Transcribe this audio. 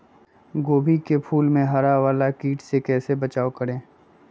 गोभी के फूल मे हरा वाला कीट से कैसे बचाब करें?